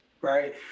right